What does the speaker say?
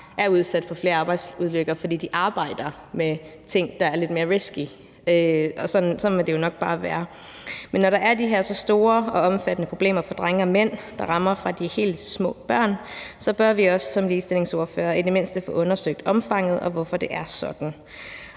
er udsat for flere arbejdsulykker, fordi de arbejder med ting, der er lidt mere risky, og sådan må det jo nok bare være. Men når der er de her så store og omfattende problemer for drenge og mænd, der rammer, fra de er helt små børn, så bør vi også som ligestillingsordførere i det mindste få undersøgt omfanget, og hvorfor det er sådan,